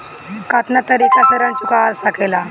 कातना तरीके से ऋण चुका जा सेकला?